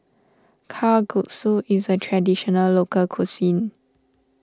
Kalguksu is a Traditional Local Cuisine